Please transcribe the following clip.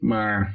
Maar